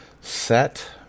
set